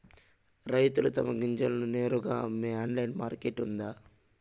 రైతులు తమ గింజలను నేరుగా అమ్మే ఆన్లైన్ మార్కెట్ ఉందా?